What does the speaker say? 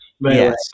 yes